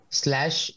slash